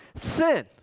sin